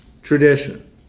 Tradition